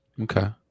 okay